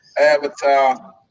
Avatar